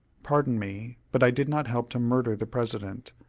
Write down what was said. pardon me, but i did not help to murder the president.